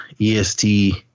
EST